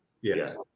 Yes